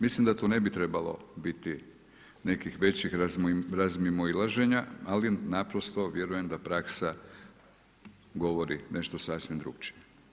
Mislim da tu ne bi trebalo biti nekih većih razmimoilaženja ali naprosto vjerujem da praksa govori nešto sasvim drukčije.